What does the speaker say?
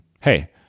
hey